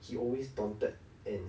he always daunted and